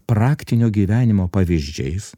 praktinio gyvenimo pavyzdžiais